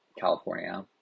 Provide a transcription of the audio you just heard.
California